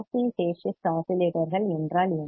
C RC phase shift ஆஸிலேட்டர்கள் என்றால் என்ன